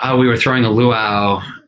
ah we were throwing a luau.